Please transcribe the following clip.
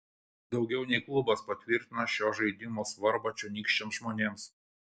daugiau nei klubas patvirtina šio žaidimo svarbą čionykščiams žmonėms